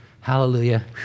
Hallelujah